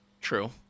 True